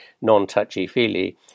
non-touchy-feely